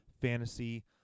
fantasy